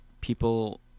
people